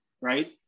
right